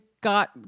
got